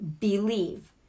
Believe